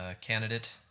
candidate